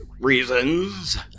reasons